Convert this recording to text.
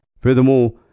Furthermore